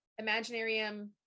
Imaginarium